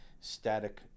static